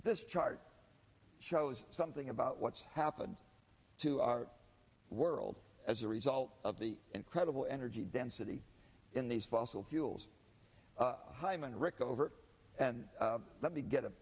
this chart shows something about what's happened to our world as a result of the incredible energy density in these fossil fuels hyman rickover and let me get a